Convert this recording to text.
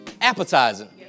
appetizing